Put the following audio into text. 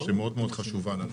שמאוד מאוד חשובה לנו.